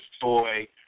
Toy